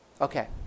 Okay